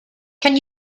can